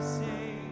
say